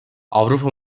avrupa